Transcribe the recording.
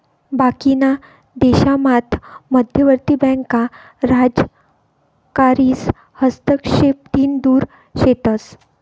बाकीना देशामात मध्यवर्ती बँका राजकारीस हस्तक्षेपतीन दुर शेतस